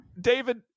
David